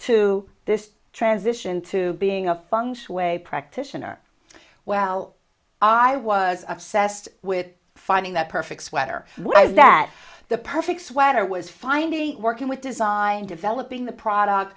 to this transition to being a function way practitioner well i was obsessed with finding that perfect sweater that the perfect sweater was finally working with design developing the product